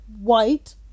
white